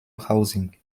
housing